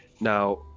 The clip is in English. Now